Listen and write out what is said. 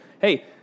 Hey